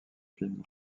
films